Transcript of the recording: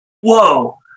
whoa